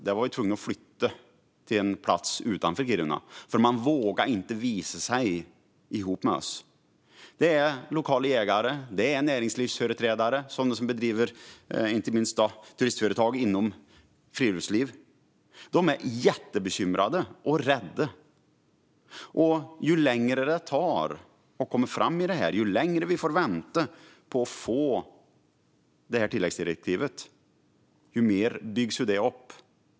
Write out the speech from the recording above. Det var vi tvungna att flytta till en plats utanför Kiruna, för man vågade inte visa sig tillsammans med oss. Det är lokala jägare och näringslivsföreträdare, inte minst sådana som driver turistföretag med inriktning på friluftsliv. De är jättebekymrade och rädda. Ju längre tid det tar att komma framåt i detta, ju längre vi får vänta på att få tilläggsdirektivet, desto mer byggs detta upp.